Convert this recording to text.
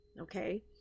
Okay